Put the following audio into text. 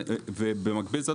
במקביל לזאת,